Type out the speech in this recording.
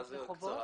מה זה קצרה?